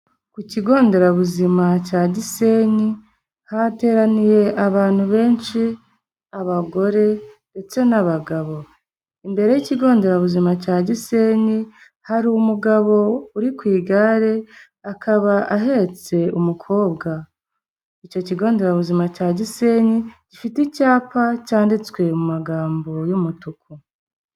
Ku kigo nderabuzima cya gisenyi hateraniye abantu benshi, abagore ndetse n'abagabo, imbere y'ikigo nderabuzima cya gisenyi hari umugabo uri ku igare akaba ahetse umukobwa icyo, ikigo nderabuzima cya gisenyi gifite icyapa cyanditswe mu magambo y'umutuku.